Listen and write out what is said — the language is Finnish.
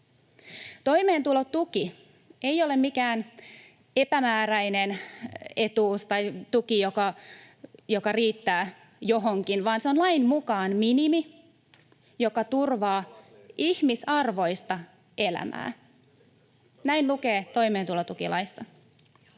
Toimeentulotuki ei ole mikään epämääräinen etuus tai tuki, joka riittää johonkin, vaan se on lain mukaan minimi, [Juho Eerolan välihuuto] joka turvaa ihmisarvoista elämää. Näin lukee toimeentulotukilaissa.